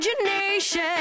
imagination